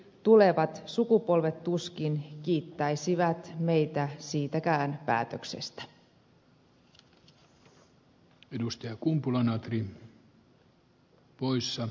tulevat sukupolvet tuskin kiittäisivät meitä siitäkään päätöksestä